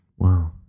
Wow